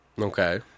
Okay